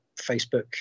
Facebook